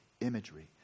imagery